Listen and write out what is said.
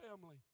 family